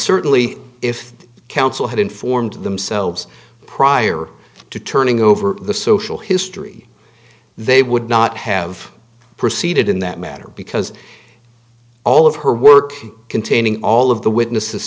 certainly if counsel had informed themselves prior to turning over the social history they would not have proceeded in that matter because all of her work containing all of the witnesses